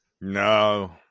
no